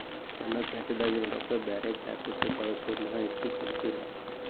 ನನ್ನ ಖಾತಾದಾಗಿನ ರೊಕ್ಕ ಬ್ಯಾರೆ ಖಾತಾಕ್ಕ ಕಳಿಸು ಮಾಹಿತಿ ಕೊಡತೇರಿ?